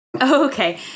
Okay